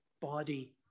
body